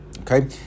okay